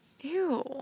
Ew